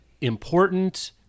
important